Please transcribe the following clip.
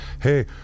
hey